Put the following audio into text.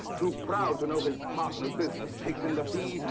too proud to know his partner's business, takes in the fee?